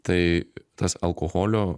tai tas alkoholio